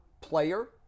player